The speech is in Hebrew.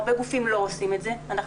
הרבה גופים לא עושים את זה ואנחנו